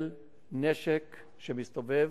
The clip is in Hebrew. של נשק שמסתובב,